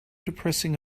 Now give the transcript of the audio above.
depressing